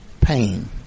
pain